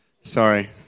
Sorry